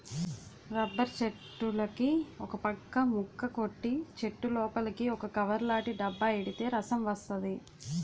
rubber చెట్టులుకి ఒకపక్క ముక్క కొట్టి చెట్టులోపలికి ఒక కవర్లాటి డబ్బా ఎడితే రసం వస్తది